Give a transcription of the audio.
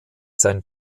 sein